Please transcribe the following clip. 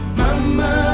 Mama